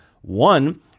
One